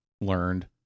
learned